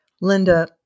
Linda